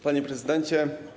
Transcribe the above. Panie Prezydencie!